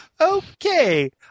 Okay